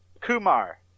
Kumar